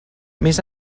més